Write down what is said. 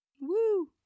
Woo